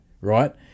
right